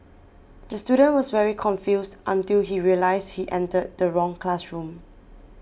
the student was very confused until he realised he entered the wrong classroom